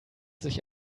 sich